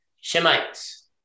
Shemites